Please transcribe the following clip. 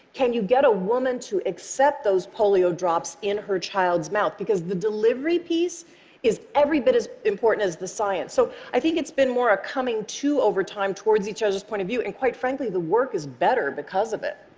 can you get a woman to accept those polio drops in her child's mouth? because the delivery piece is every bit as important as the science. so i think it's been more a coming to over time towards each other's point of view, and quite frankly, the work is better because of it.